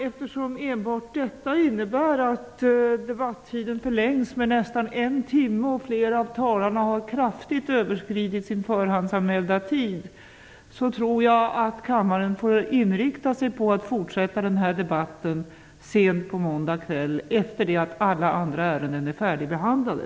Eftersom enbart detta innebär att debattiden förlängs med nästan 1 timme och flera av talarna kraftigt har överskridit sin förhandsanmälda tid, tror jag att kammaren får inrikta sig på att fortsätta den här debatten sent på måndag kväll, efter det att alla andra ärenden är färdigbehandlade.